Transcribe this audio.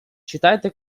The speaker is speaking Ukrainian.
читайте